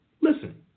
listen